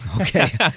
Okay